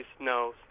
no